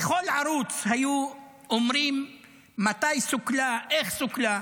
בכל ערוץ היו אומרים מתי סוכלה, איך סוכלה.